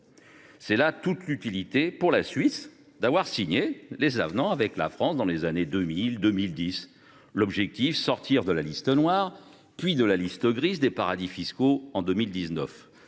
C’est là toute l’utilité pour la Suisse des avenants signés avec la France dans les années 2000 2010. L’objectif était de sortir de la liste noire, puis de la liste grise des paradis fiscaux en 2019,